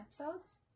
episodes